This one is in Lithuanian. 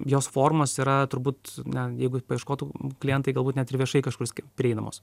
jos formos yra turbūt na jeigu paieškotų klientai galbūt net ir viešai kažkur ske prieinamos